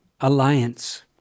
alliance